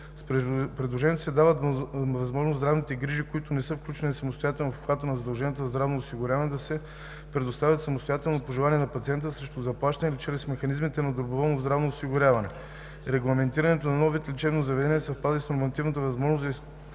С предложението се дава възможност здравните грижи, които не са включени самостоятелно в обхвата на задължителното здравно осигуряване, да се предоставят самостоятелно по желание на пациента срещу заплащане или чрез механизмите на доброволното здравно осигуряване. Регламентирането на новия вид лечебно заведение създава и нормативна възможност за пълноценно